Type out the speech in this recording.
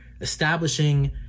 establishing